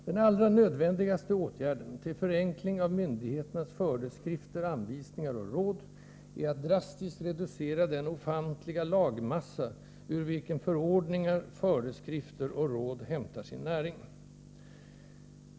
Den allra nödvändigaste åtgärden till ”förenkling av myndigheters föreskrifter, anvisningar och råd” är att drastiskt reducera den ofantliga lagmassa, ur vilken förordningar, föreskrifter och råd hämtar sin näring.